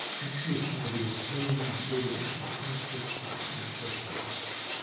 actually, sayagyi was training him in all the different responses to the different meditation stages.